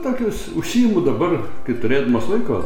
tokius užsiimu dabar kai turėdamas laiko